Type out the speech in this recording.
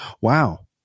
Wow